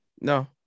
no